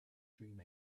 dream